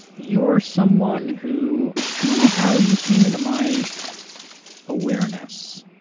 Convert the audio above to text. you're someone who, i don't know how you came into my awareness.